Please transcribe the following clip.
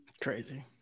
crazy